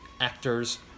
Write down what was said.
actors